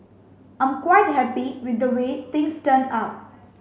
I'm quite happy with the way things turned out